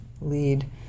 lead